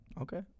Okay